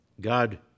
God